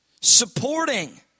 Supporting